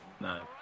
No